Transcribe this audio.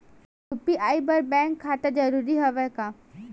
UPI बर bank खाता जरूरी हवय का?